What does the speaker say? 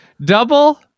double